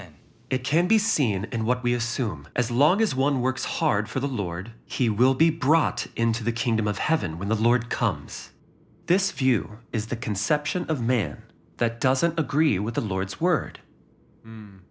amen it can be seen and what we assume as long as one works hard for the lord he will be brought into the kingdom of heaven when the lord comes this view is the conception of man that doesn't agree with the lord's word